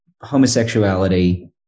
homosexuality